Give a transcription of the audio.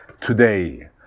today